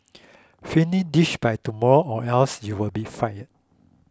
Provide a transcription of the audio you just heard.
finish this by tomorrow or else you'll be fired